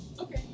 Okay